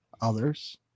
others